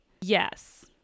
Yes